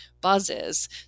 buzzes